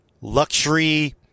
luxury